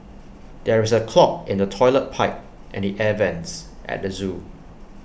there is A clog in the Toilet Pipe and the air Vents at the Zoo